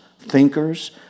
thinkers